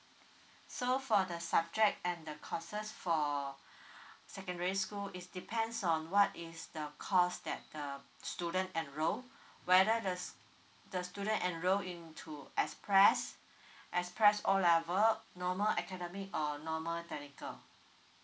so for the subject and the courses for secondary school is depends on what is the course that uh student enroll whether the the student enroll into express express O level normal academic or normal technical